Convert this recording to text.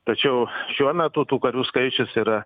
tačiau šiuo metu tų karių skaičius yra